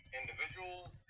individuals